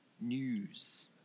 News